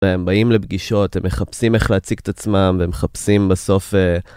והם באים לפגישות, הם מחפשים איך להציג את עצמם ומחפשים בסוף...